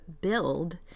build